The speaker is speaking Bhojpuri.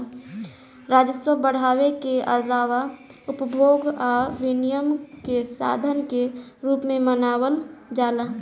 राजस्व बढ़ावे के आलावा उपभोग आ विनियम के साधन के रूप में मानल जाला